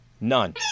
none